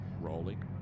rolling